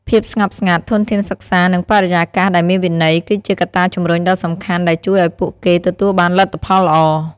ភាពស្ងប់ស្ងាត់ ធនធានសិក្សា និងបរិយាកាសដែលមានវិន័យ គឺជាកត្តាជំរុញដ៏សំខាន់ដែលជួយឲ្យពួកគេទទួលបានលទ្ធផលល្អ។